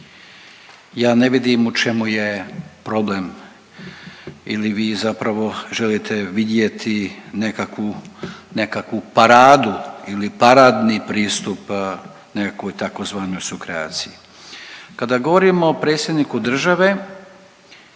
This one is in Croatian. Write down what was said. Ja ne vidim u čemu je problem ili vi zapravo želite vidjeti nekakvu, nekakvu paradu ili paradni pristup nekakvoj tzv. sukreaciji. Kada govorimo o predsjedniku države